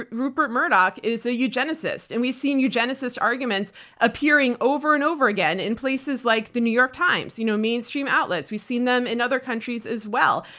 rupert murdoch is a eugenicist. and we've seen eugenesist arguments appearing over and over again in places like the new york times, you know mainstream outlets. we've seen them in other countries as well.